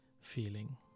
feeling